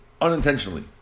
unintentionally